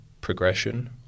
progression